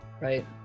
Right